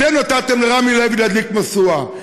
אתם נתתם לרמי לוי להדליק משואה,